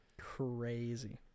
Crazy